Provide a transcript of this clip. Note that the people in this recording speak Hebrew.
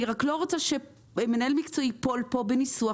אני לא רוצה שמנהל מקצועי ייפול כאן בניסוח